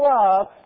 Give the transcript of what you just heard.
love